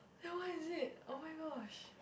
then what is it oh-my-gosh